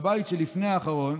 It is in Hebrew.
בבית שלפני האחרון